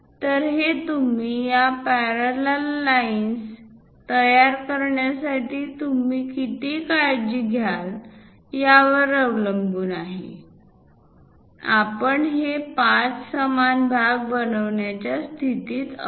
तर हे तुम्ही या पॅरलललाइन्स तयार करण्यासाठी तुम्ही किती काळजी घ्याल यावर अवलंबून आहे आपण हे 5 समान भाग बनवण्याच्या स्थितीत असू